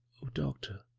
oh, doctor,